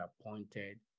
appointed